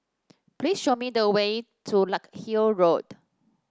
please show me the way to Larkhill Road